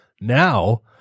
Now